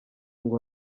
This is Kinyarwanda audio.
ngo